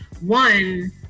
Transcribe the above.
one